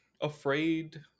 afraid